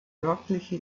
örtliche